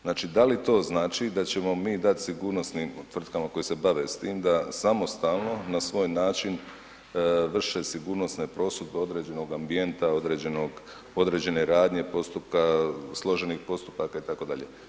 Znači da li to znači da ćemo mi dati sigurnosnim tvrtkama koje se bave s tim da samostalno na svoj način vrše sigurnosne prosudbe određenoga ambijenta, određene radnje, postupka, složenih postupaka itd.